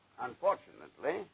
Unfortunately